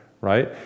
right